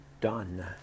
done